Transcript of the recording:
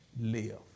live